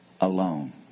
alone